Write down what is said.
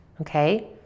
Okay